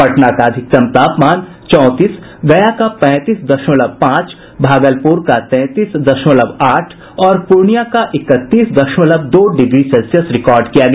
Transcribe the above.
पटना का अधिकतम तापमान चौंतीस गया का पैंतीस दशमलव पांच भागलपुर का तैंतीस दशमलव आठ और पूर्णियां का इकतीस दशमलव दो डिग्री सेल्सियस रिकॉर्ड किया गया